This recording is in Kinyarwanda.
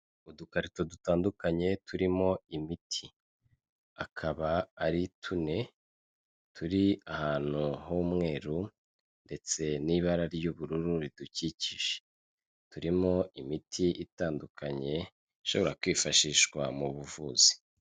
Udukarito dutandukanye turimo imiti akaba ari tune, turi ahantu h'umweru ndetse n'ibara ry'ubururu ridukikije, turimo imiti itandukanye ishobora kwifashishwa mu buvuzi.